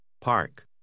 park